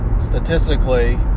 statistically